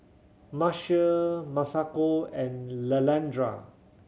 Marcia Masako and Leandra